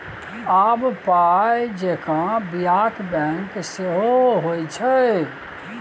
आब पाय जेंका बियाक बैंक सेहो होए छै